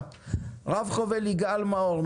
רב חובל יגאל מאור,